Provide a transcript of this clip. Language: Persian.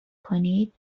کنید